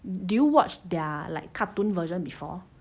do you watch their like cartoon version before